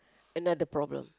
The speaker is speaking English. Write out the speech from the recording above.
another problem